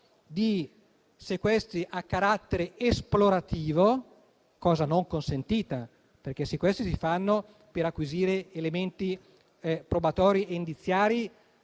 di sequestri a carattere esplorativo, cosa non consentita. I sequestri si fanno per acquisire elementi probatori e indiziari